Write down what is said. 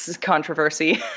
controversy